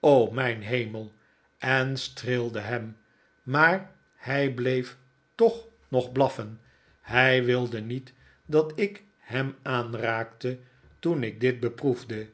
o mijn hemel en streelde hem maar hij bleef toch nog blaffen hij wilde niet dat ik hem aanraakte toen ik dit beproefde